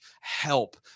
help